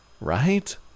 right